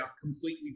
completely